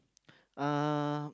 uh